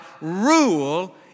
rule